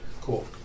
Cool